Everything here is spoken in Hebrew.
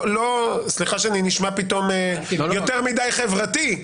סליחה שאני נשמע פתאום יותר מדי חברתי.